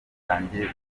batangiye